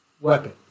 weapon